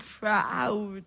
proud